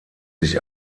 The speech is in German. sich